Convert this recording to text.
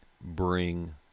bring